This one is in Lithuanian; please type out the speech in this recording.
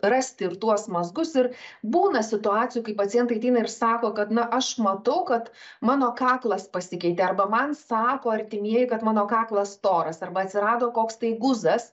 rasti ir tuos mazgus ir būna situacijų kai pacientai ateina ir sako kad na aš matau kad mano kaklas pasikeitė arba man sako artimieji kad mano kaklas storas arba atsirado koks tai guzas